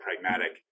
pragmatic